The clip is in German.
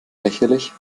lächerlich